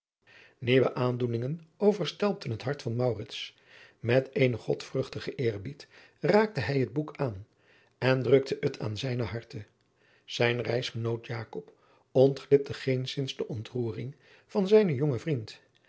nieuwe aandoeningen overstelpten het hart van maurits met eenen godvruchtigen eerbied raakte hij het boek aan en drukte het aan zijn harte zijn reisgenoot jakob ontglipte geenszins de ontroering van zijnen jongen vriend